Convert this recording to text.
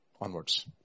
onwards